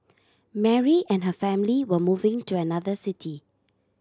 Mary and her family were moving to another city